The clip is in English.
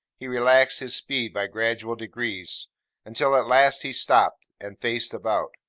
he relaxed his speed by gradual degrees until at last he stopped, and faced about.